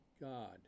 God